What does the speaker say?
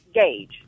gauge